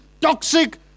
toxic